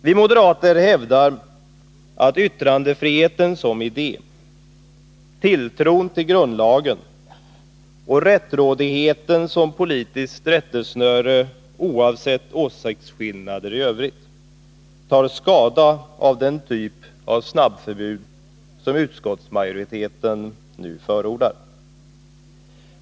Vi moderater hävdar att yttrandefriheten som idé, tilltron till grundlagen och rättrådigheten som politiskt rättesnöre, oavsett åsiktsskillnader i övrigt, tar skada av den typ av snabbförbud som utskottsmajoriteten nu förordar.